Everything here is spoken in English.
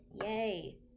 Yay